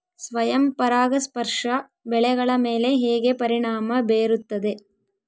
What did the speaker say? ಸ್ವಯಂ ಪರಾಗಸ್ಪರ್ಶ ಬೆಳೆಗಳ ಮೇಲೆ ಹೇಗೆ ಪರಿಣಾಮ ಬೇರುತ್ತದೆ?